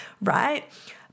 right